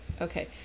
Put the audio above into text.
Okay